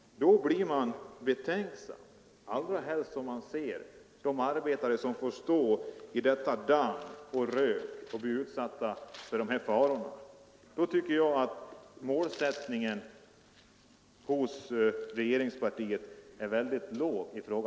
Då blir man betänksam, allra helst när man ser de arbetare som får stå i detta damm och denna rök. Jag tycker därför att regeringspartiets målsättning i fråga om takten är väldigt låg.